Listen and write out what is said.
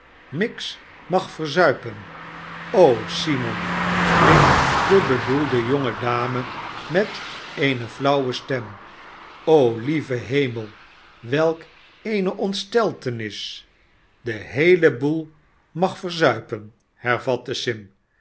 miggs mag verzuipen simon riep de bedoelde jonge dame met eene flauwe stem lieve hemel welk eene ontsteltenis de heele boel mag verzuipen hervatte sim